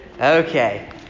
Okay